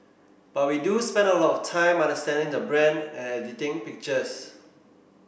but we do spend a lot of time understanding the brand and editing pictures